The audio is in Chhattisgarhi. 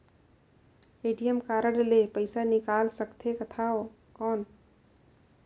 ए.टी.एम कारड ले पइसा निकाल सकथे थव कौन?